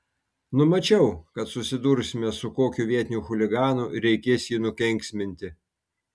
numačiau kad susidursime su kokiu vietiniu chuliganu ir reikės jį nukenksminti